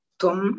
tom